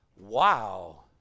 Wow